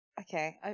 okay